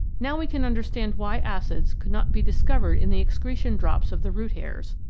now we can understand why acids could not be discovered in the excretion drops of the root-hairs,